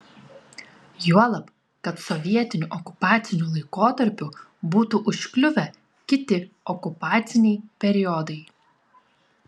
juolab kad sovietiniu okupaciniu laikotarpiu būtų užkliuvę kiti okupaciniai periodai